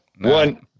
one